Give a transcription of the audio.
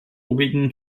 obigen